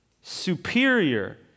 superior